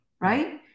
right